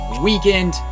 weekend